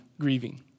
grieving